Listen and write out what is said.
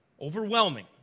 Overwhelming